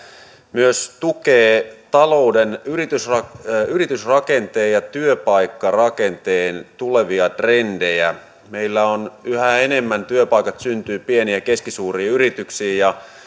myös tukee talouden yritysrakenteen yritysrakenteen ja työpaikkarakenteen tulevia trendejä meillä yhä enemmän työpaikat syntyvät pieniin ja keskisuuriin yrityksiin ja